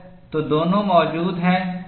तो दोनों मौजूद हैं